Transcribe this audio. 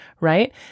right